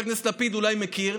חבר הכנסת לפיד אולי מכיר.